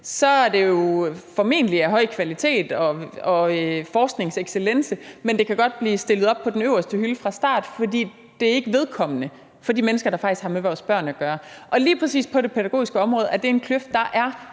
så er det jo formentlig af høj kvalitet og forskningsexcellence, men det kan godt blive stillet op på den øverste hylde fra starten, fordi det ikke er vedkommende for de mennesker, der faktisk har med vores børn at gøre. Og lige præcis på det pædagogiske område er det en kløft, der er